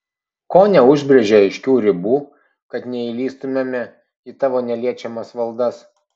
ko neužbrėži aiškių ribų kad nelįstumėme į tavo neliečiamas valdas